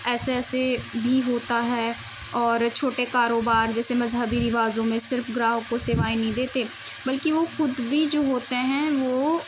ایسے ایسے بھی ہوتا ہے اور چھوٹے کاروبار جیسے مذہبی رواجوں میں صرف گراہک کو سیوائیں نہیں دیتے بلکہ وہ خود بھی جو ہوتے ہیں وہ